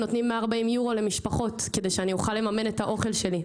נותנים 140 יורו למשפחות כדי שאני אוכל לממן את האוכל שלי.